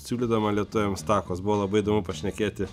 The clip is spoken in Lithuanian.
siūlydama lietuviams takos buvo labai įdomu pašnekėti